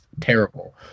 terrible